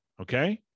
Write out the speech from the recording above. Okay